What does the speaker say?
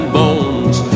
bones